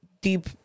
deep